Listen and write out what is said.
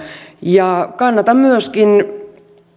ja kannatan myöskin